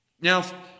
Now